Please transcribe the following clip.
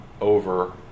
over